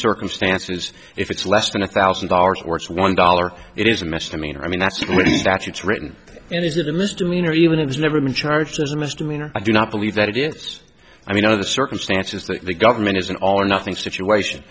circumstances if it's less than a thousand dollars worse one dollar it is a misdemeanor i mean that's statutes written and is it a misdemeanor or even it has never been charged as a misdemeanor i do not believe that it is i mean i know the circumstances that the government is an all or nothing situation